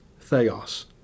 Theos